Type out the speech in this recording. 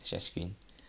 share screen